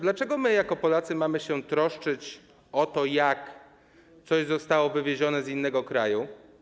Dlaczego my jako Polacy mamy troszczyć się o to, jak coś zostało wywiezione z innego kraju?